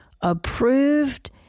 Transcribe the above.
approved